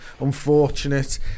unfortunate